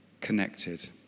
connected